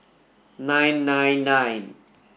nine nine nine